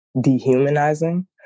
dehumanizing